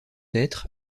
être